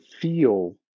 feel